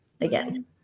again